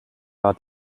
war